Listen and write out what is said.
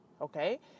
Okay